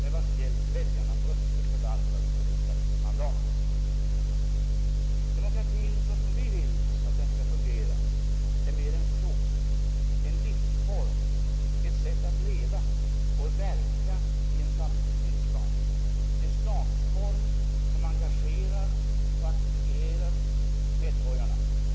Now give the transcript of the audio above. Demokratin, så som vi vill att den skall fungera, är mer än så en livsform, ett sätt att leva och verka i en samhällsgemenskap, en statsform som engagerar och aktiverar medborgarna, en samlevnadsform där respekten för medmänniskan är en självklarhet.